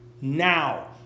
now